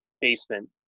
basement